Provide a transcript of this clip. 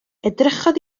edrychodd